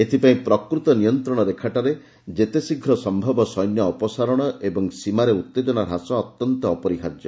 ଏଥିପାଇଁ ପ୍ରକୃତ ନିୟନ୍ତ୍ରଣ ରେଖାଠାରେ ଯେତେ ଶୀଘ୍ର ସମ୍ଭବ ସୈନ୍ୟ ଅପସାରଣ ଓ ସୀମାରେ ଉତ୍ତେଜନା ହ୍ରାସ ଅତ୍ୟନ୍ତ ଅପରିହାର୍ଯ୍ୟ